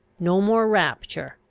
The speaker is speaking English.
no more rapture,